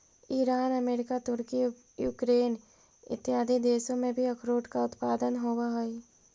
Iran America तुर्की Ukraine इत्यादि देशों में भी अखरोट का उत्पादन होवअ हई